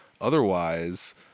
Otherwise